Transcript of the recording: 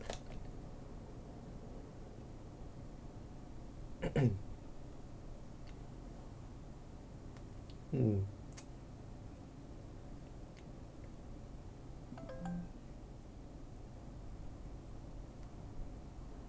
mm